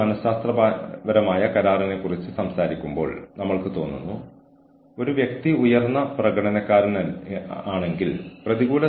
industry ടൌൺഷിപ്പുകൾ പോലും അങ്ങനെയാണെന്ന് ഞാൻ കേട്ടിട്ടുണ്ട്